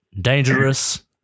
Dangerous